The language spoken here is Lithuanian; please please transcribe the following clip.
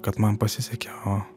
kad man pasisekė o